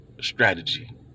strategy